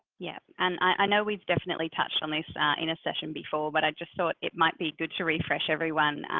yeah and i know we've definitely touched on this in a session before but i just thought it might be good to refresh everyone,